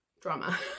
drama